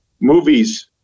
movies